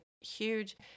huge